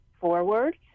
forward